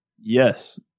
yes